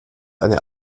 eine